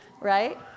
right